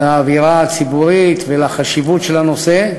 לאווירה הציבורית, לחשיבות הנושא,